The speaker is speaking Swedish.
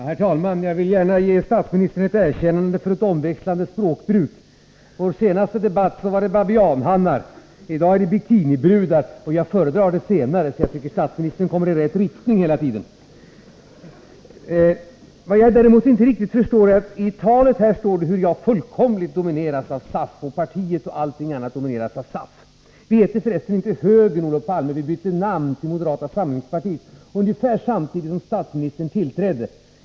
Herr talman! Jag vill gärna ge statsministern ett erkännande för ett omväxlande språkbruk. I vår senaste debatt talade han om babianhannar, i dag om bikinibrudar. Jag föredrar det senare, så jag tycker att statsministern går i rätt riktning hela tiden. I statsministerns tal står det att jag, partiet och allting annat fullkomligt domineras av SAF. Vi heter för resten inte högern, Olof Palme. Vi bytte namn till moderata samlingspartiet ungefär samtidigt som statsministern tillträdde.